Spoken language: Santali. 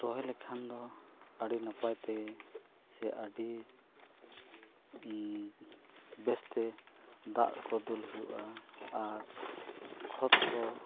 ᱨᱚᱦᱚᱭ ᱞᱮᱠᱷᱟᱱ ᱫᱚ ᱟᱹᱰᱤ ᱱᱟᱯᱟᱭ ᱛᱮ ᱥᱮ ᱟᱹᱰᱤ ᱵᱮᱥᱛᱮ ᱫᱟᱜ ᱠᱚ ᱫᱩᱞ ᱦᱩᱭᱩᱜᱼᱟ ᱟᱨ ᱠᱷᱚᱛ ᱠᱚ